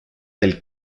del